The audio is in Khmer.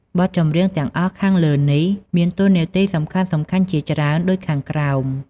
បទចម្រៀងទាំងអស់ខាងលើនេះមានតួនាទីសំខាន់ៗជាច្រើនដូចខាងក្រោម។